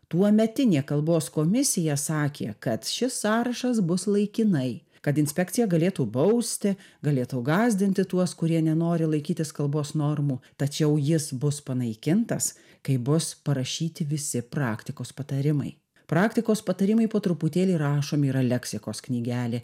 tuometinė kalbos komisija sakė kad šis sąrašas bus laikinai kad inspekcija galėtų bausti galėtų gąsdinti tuos kurie nenori laikytis kalbos normų tačiau jis bus panaikintas kai bus parašyti visi praktikos patarimai praktikos patarimai po truputėlį rašomi yra leksikos knygelė